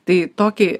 tai tokį